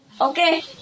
Okay